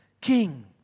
King